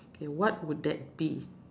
K what would that be